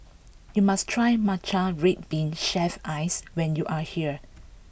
you must try Matcha Red Bean Shaved Ice when you are here